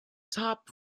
top